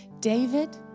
David